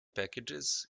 packages